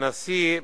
הנשיא,